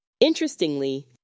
Interestingly